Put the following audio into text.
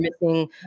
missing